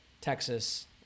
Texas